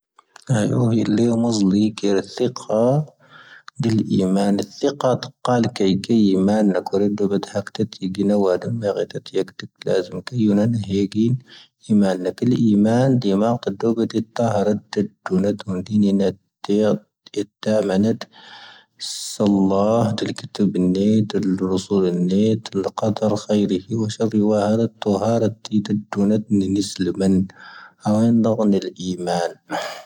ʻʻⴰⵢⵓⵀⴻ ⵍⴻ ⵎⵉⵣⵍⵉ ⴽⴻⵔⴻ ⵜⵣⵉⴽⵀⴰ ⴷⵀⵉ ⵉⵍ ʻⵉⵎⴰⵏ. ʻⵜⵣⵉⴽⵀⴰ ʻⵜⵇⴰⵍ ⴽⴻ ʻⵉ ʻⵉⵎⴰⵏ ⵏⴰⴽⵓ. ʻⴻⵍ ʻⴷoⴱⴰⴷ ⵀⴰⵇⵜⴰⵜⴻ ⵊⵉⵏⴰ ⵡⴰ ʻⴰⴷⴰⵎ ʻⴰⵇⵜⴰⵜⴻ. ʻⵢⴰⴽⵜⴰⵜⴻ ʻⴳⵍⴰⵣⵎ ⵇⴻⵢⵓⵏⴰⵏ ⵀⴰⵇⴻⴻⵏ. ʻⵉⵎⴰⵏ ⵏⴰⴽⵓ ʻⵉⵍ ʻⵉⵎⴰⵏ. ʻⴷⵉ ⵎⴰⵇⵜⴰⴷ ʻoⴱⴰⴷ ʻⵉⵜⵜⴰ ⵀⴰⵔⴰ ⵜⵜⴰⴷⵓⵏⴰⵜ. ʻⴷⵀⵉⵏⵉⵏⴰⵜⴻ ʻⴻⵜⵜⴰ ⵎⴰⵏⴰⵜ. ʻⵙⴰⵍⵍⴰⵀ ʻⵜⵉⵍ ʻⴳⵉⵜⴰⴱⵉⵏⵏⴻ ʻⴷⵉⵍ ʻⵔⵓⵙⵓⵔⵏⴻ ʻⴷⵉⵍ. ʻⴰⵍ ⵇⴰⴷⴰⵔ ⴽⵀⴻⵉⵔⵉⵀⵉ ⵡⴰ ʻⵙⵀⴰⵔⵉ ⵡⴰ ʻⴰⵔⴰⵜ ʻⵓ ⵀⴰⵔⴰⵜ ʻⵉⴷⴰⴷⵓⵏⴰⵜ. ʻⵉⵏⵉⵙⵍⴻ ⵎⴰⵏⴰⵜ. ʻⴰⵡⴰⵉⵏ ʻⴷⴰⵡⵏ ⵉⵍʻⵉ ʻⵉⵎⴰⵏ.